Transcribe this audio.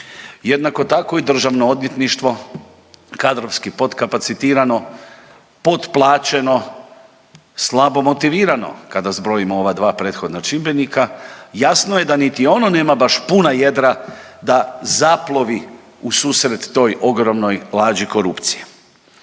Jednako tako i državno odvjetništvo kadrovski potkapacitirano, potplaćeno, slabo motivirano kada zbrojimo ova dva prethodna čimbenika jasno je da niti ono nema baš puna jedra da zaplovi u susret toj ogromnoj lađi korupcije.